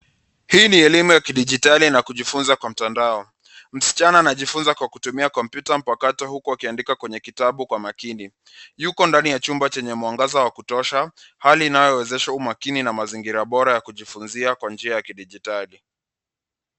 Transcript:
Hii ni elimu ya kidijitali na kujifunza kwa mtandao, msichana anajifunza kwa kutumia kompyuta mpakato huku akiandika kwenye kitabu kwa makini, yuko ndani ya chumba chenye mwangaza wa kutosha hali inayowezesha umakini na mazingira bora ya kujifunza kwa njia ya kidijitali.